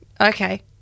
Okay